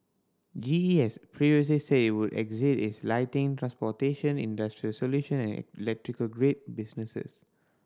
G E has previously said it would exit its lighting transportation industrial solution and electrical grid businesses